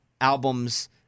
albums